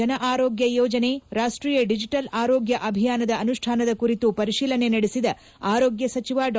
ಜನ ಆರೋಗ್ಯ ಯೋಜನೆ ರಾಷ್ಟೀಯ ಡಿಜಿಟಲ್ ಆರೋಗ್ಯ ಅಭಿಯಾನದ ಅನುಷ್ತಾನದ ಕುರಿತು ಪರಿಶೀಲನೆ ನಡೆಸಿದ ಆರೋಗ್ಯ ಸಚಿವ ಡಾ